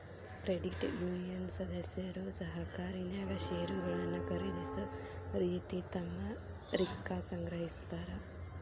credit union ಸದಸ್ಯರು ಸಹಕಾರಿನ್ಯಾಗ್ ಷೇರುಗಳನ್ನ ಖರೇದಿಸೊ ರೇತಿ ತಮ್ಮ ರಿಕ್ಕಾ ಸಂಗ್ರಹಿಸ್ತಾರ್